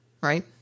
right